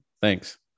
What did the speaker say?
thanks